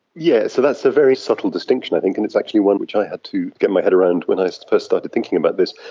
yes, so that's us a very subtle distinction i think and it's actually one which i had to get my head around when i so first started thinking about this.